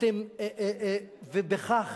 ובכך